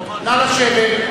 נא לשבת.